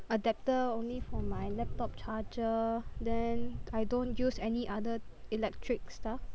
adapter only for my laptop charger then I don't use any other electric stuff